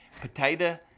Potato